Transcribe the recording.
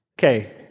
Okay